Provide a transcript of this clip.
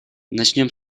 начнем